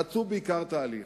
בעיקר תהליך.